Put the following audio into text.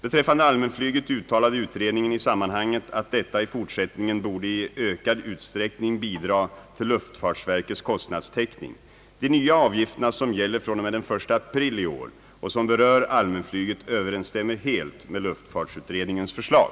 Beträffande allmänflyget uttalade utredningen i sammanhanget att detta i fortsättningen borde i ökad utsträckning bidra till luftfartsverkets kostnadstäckning. De nya avgifterna som gäller fr.o.m. den 1 april i år och som berör allmänflyget överensstämmer helt med luftfartsutredningens förslag.